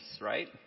right